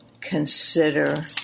consider